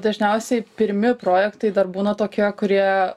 dažniausiai pirmi projektai dar būna tokie kurie